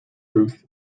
booth